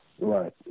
Right